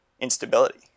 instability